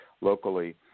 locally